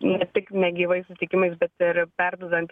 ne tik ne gyvais sutikimais bet ir perduodant